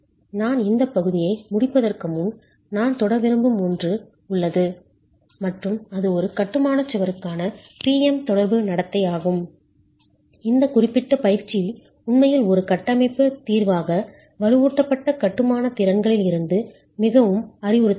நான் இந்த பகுதியை முடிப்பதற்கு முன் நான் தொட விரும்பும் ஒன்று உள்ளது மற்றும் அது ஒரு கட்டுமான சுவருக்கான P M தொடர்பு நடத்தை ஆகும் இந்த குறிப்பிட்ட பயிற்சி உண்மையில் ஒரு கட்டமைப்பு தீர்வாக வலுவூட்டப்பட்ட கட்டுமான திறன்களில் இருந்து மிகவும் அறிவுறுத்துகிறது